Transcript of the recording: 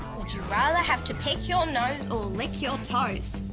would you rather have to pick your nose or lick your toes?